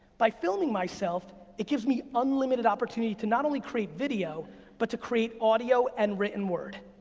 by filming myself, it gives me unlimited opportunity to not only create video but to create audio and written word,